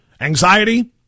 Anxiety